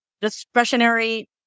discretionary